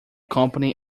company